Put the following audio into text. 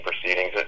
proceedings